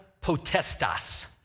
potestas